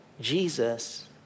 Jesus